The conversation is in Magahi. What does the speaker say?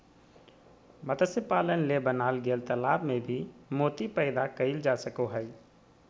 मत्स्य पालन ले बनाल गेल तालाब में भी मोती पैदा कइल जा सको हइ